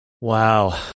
Wow